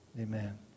Amen